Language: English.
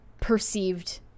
perceived